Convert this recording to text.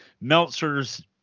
Meltzer's